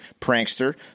prankster